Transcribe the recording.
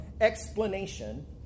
explanation